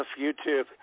YouTube